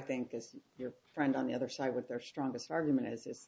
think is your friend on the other side with their strongest argument as is